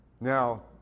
Now